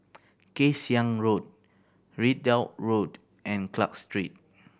Kay Siang Road Ridout Road and Clarke Street